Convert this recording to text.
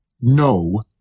No